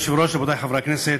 אדוני היושב-ראש, רבותי חברי הכנסת,